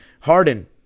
Harden